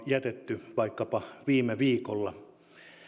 jätetty vaikkapa viime viikolla